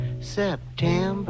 September